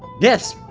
yes!